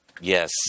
Yes